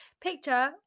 picture